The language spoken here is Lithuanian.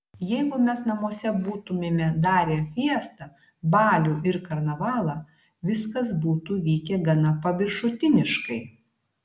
jeigu mes namuose būtumėme darę fiestą balių ir karnavalą viskas būtų vykę gana paviršutiniškai